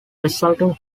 resulting